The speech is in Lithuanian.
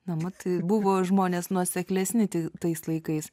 na mat buvo žmonės nuoseklesni ti tais laikais